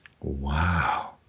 Wow